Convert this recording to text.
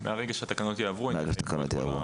מהרגע שהתקנות יעברו --- מהרגע שהתקנות יעברו,